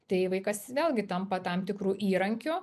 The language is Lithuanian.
tai vaikas vėlgi tampa tam tikru įrankiu